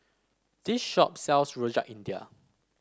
this shop sells Rojak India